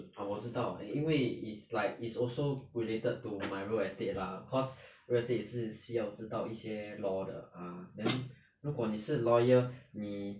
ah 我知道因为 is like it's also related to my real estate lah cause real estate 也是需要知道一些 law 的 uh then 如果你是 lawyer 你